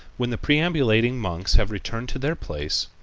when the perambulating monks have returned to their place,